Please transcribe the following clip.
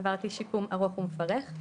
עברתי שיקום ארוך ומפרך,